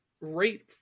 rate